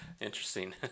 Interesting